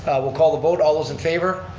we'll call the vote, all those in favor.